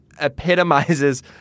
epitomizes